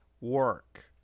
work